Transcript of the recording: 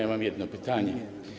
Ja mam jedno pytanie.